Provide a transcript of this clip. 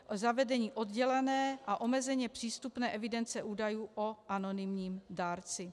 c) zavedení oddělené a omezeně přístupné evidence údajů o anonymním dárci.